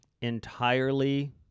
entirely